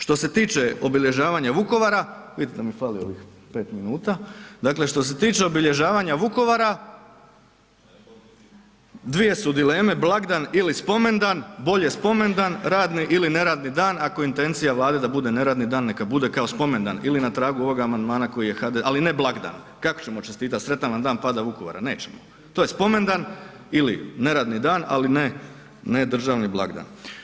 Što se tiče obilježavanja Vukovara, vidite da mi fali ovih 5 minuta, dakle što se tiče obilježavanja Vukovara dvije su dileme blagdan ili spomendan, bolje spomendan radni ili neradni dan ako je intencija Vlade da bude neradni dan neka bude kao spomendan ili na tragu ovoga amandman koji je, ali ne blagdan, kako ćemo čestitati sretan vam dan pada Vukovara, nećemo, to je spomendan ili neradni dan ali ne državni blagdan.